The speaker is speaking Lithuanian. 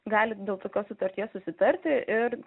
gali dėl tokios sutarties susitarti ir